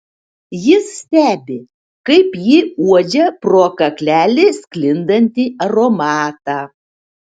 jis stebi kaip ji uodžia pro kaklelį sklindantį aromatą